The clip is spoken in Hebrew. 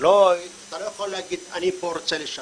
אתה לא יכול להגיד שאתה פה רוצה לשנות,